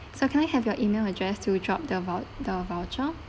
so can I have your email address to drop the voucher the voucher